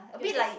a bit like